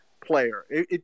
player